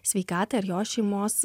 sveikatai ar jo šeimos